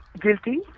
guilty